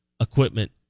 equipment